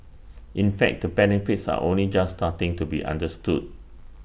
in fact the benefits are only just starting to be understood